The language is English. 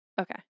Okay